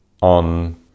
on